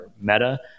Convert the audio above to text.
meta